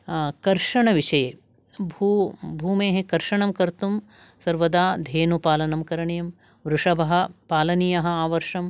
कर्षणविषये भू भूमेः कर्षणं कर्तुं सर्वदा धेनुपालनं करणीयं वृषभः पालनीयः आवर्षम्